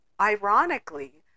ironically